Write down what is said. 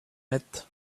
met